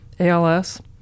ALS